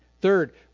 Third